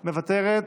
מוותרת,